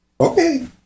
okay